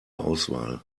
auswahl